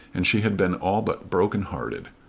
and she had been all but broken-hearted.